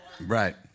Right